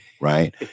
right